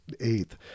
eighth